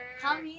come